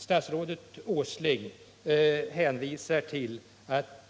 Statsrådet Åsling hänvisar till att